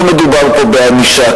לא מדובר פה בענישה,